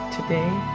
Today